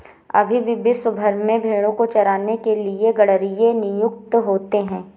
अभी भी विश्व भर में भेंड़ों को चराने के लिए गरेड़िए नियुक्त होते हैं